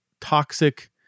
toxic